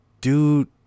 Dude